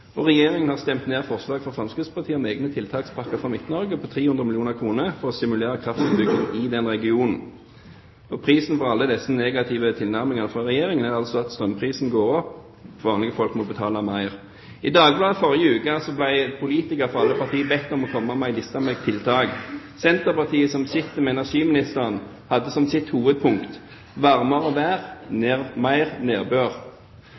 og Regjeringen har stemt ned forslag fra Fremskrittspartiet om egne tiltakspakker for Midt-Norge på 300 mill. kr for å stimulere kraftutbygging i den regionen. Prisen på alle disse negative tilnærmingene fra Regjeringen er altså at strømprisen går opp, vanlige folk må betale mer. I Dagbladet i forrige uke ble politikere fra alle partier bedt om å komme med en liste med tiltak. Senterpartiet, som sitter med energiministeren, hadde som sitt hovedpunkt: varmere vær, mer nedbør.